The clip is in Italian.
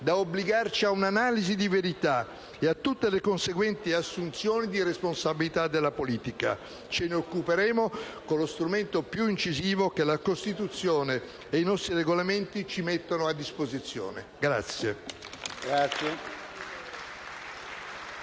da obbligarci a un'analisi di verità e a tutte le conseguenti assunzioni di responsabilità della politica. Ce ne occuperemo con lo strumento più incisivo che la Costituzione e i nostri Regolamenti ci mettono a disposizione.